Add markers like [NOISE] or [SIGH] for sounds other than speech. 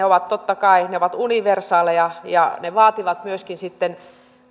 [UNINTELLIGIBLE] ovat totta kai universaaleja ja ne vaativat myöskin sitten